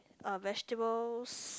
uh vegetables